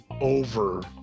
over